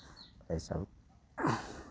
एहि सभ